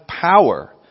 power